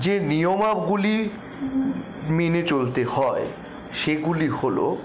যে নিয়মাবলি মেনে চলতে হয় সেগুলি হল